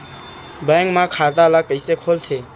Bank म खाता ल कइसे खोलथे?